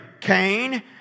Cain